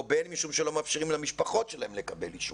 או בין משום שלא מאפשרים למשפחות שלהם לקבל אישורים.